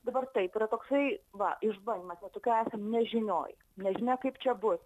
dabar taip yra toksai va išbandymas va tokioj esam nežinioj nežinia kaip čia bus